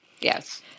Yes